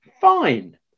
fine